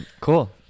Cool